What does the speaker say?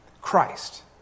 Christ